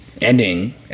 ending